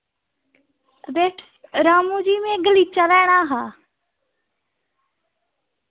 ते रामु जी मैं गलीचा लैना हा